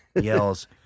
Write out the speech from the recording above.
yells